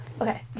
Okay